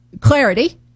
Clarity